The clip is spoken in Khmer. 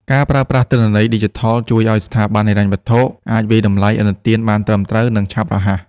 ការប្រើប្រាស់ទិន្នន័យឌីជីថល ជួយឱ្យស្ថាប័នហិរញ្ញវត្ថុអាចវាយតម្លៃឥណទានបានត្រឹមត្រូវ និងឆាប់រហ័ស។